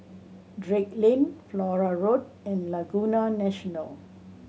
Drake Lane Flora Road and Laguna National